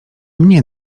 mnie